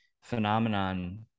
phenomenon